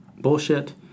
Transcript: bullshit